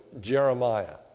Jeremiah